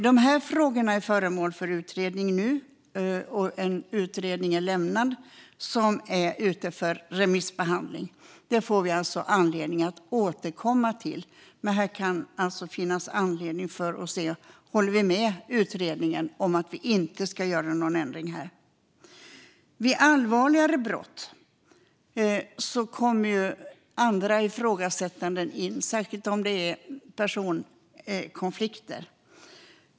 De här frågorna är föremål för utredning nu, och en utredning som lämnats är ute för remissbehandling. Vi får alltså anledning att återkomma till detta och se om vi håller med utredningen och om det bör göras någon ändring. Vid allvarligare brott kommer andra ifrågasättanden in, särskilt om det är fråga om personkonflikter.